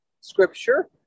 Scripture